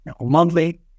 monthly